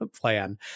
plan